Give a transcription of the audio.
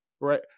right